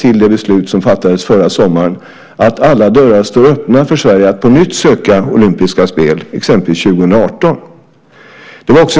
Och jag har markerat det i det här svaret, och jag har markerat det i mängder av intervjuer, inte minst i anslutning till det beslut som fattades förra sommaren.